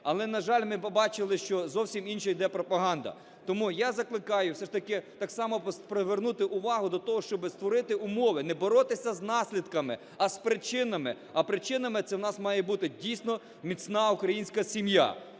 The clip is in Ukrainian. Але, на жаль, ми побачили, зовсім інша йде пропаганда. Тому я закликаю все ж таки так само привернути увагу до того, щоби створити умови. Не боротися з наслідками, а з причинами. А причинами – це в нас має бути дійсно міцна українська сім'я.